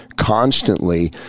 constantly